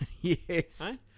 Yes